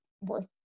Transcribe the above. worth